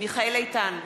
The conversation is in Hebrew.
מיכאל איתן,